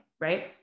Right